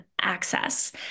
access